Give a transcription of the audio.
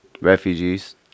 refugees